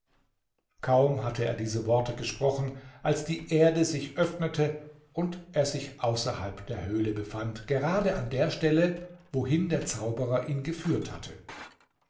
kaum hatte er diese worte gesprochen als die erde sich öffnete und er sich außerhalb der höhle befand gerade an der stelle wohin der zauberer ihn geführt hatte